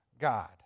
God